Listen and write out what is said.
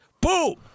Boom